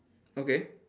okay